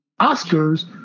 Oscars